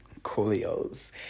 coolios